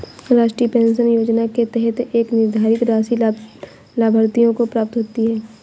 राष्ट्रीय पेंशन योजना के तहत एक निर्धारित राशि लाभार्थियों को प्राप्त होती है